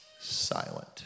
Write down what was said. silent